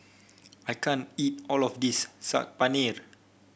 I can't eat all of this Saag Paneer